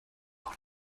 auch